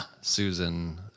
Susan